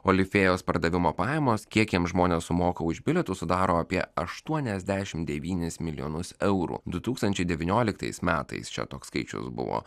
olifėjos pardavimo pajamos kiek jiems žmonės sumoka už bilietų sudaro apie aštuoniasdešimt devynis milijonus eurų du tūkstančiai devynioliktais metais čia toks skaičius buvo